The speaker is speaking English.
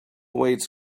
weights